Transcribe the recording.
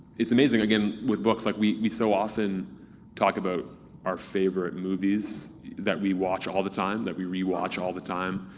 it's amazing, again, with books, like we we so often talk about our favorite movies that we watch all the time, that we re-watch all the time.